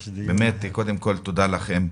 קודם כול, תודה לכם,